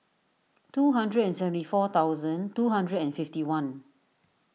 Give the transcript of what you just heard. two hundred and seventy four thousand two hundred and fifty one